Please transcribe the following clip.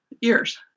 years